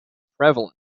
prevalent